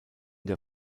der